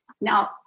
Now